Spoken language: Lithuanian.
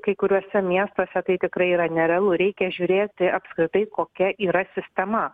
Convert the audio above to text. kai kuriuose miestuose tai tikrai yra nerealu reikia žiūrėti apskritai kokia yra sistema